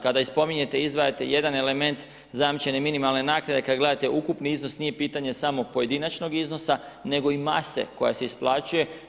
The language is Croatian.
Kada spominjete i izdvajate jedan element, zajamčene minimalne naknade, kada gledate ukupni iznos, nije pitanje samo pojedinačnog iznosa, nego i mase koja se isplaćuje.